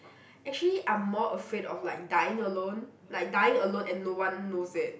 actually I'm more afraid of like dying alone like dying alone and no one knows it